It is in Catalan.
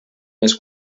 més